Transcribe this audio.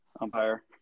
Umpire